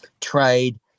trade